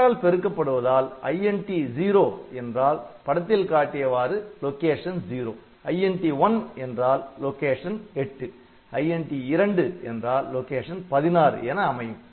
எட்டால் பெருக்கப்படுவதால் INT 0 என்றால் படத்தில் காட்டியவாறு லொகேஷன் 0 INT 1 என்றால் லொகேஷன் 8 INT 2 என்றால் லொகேஷன் 16 என அமையும்